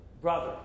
brother